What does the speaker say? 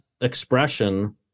expression